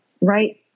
right